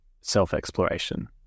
self-exploration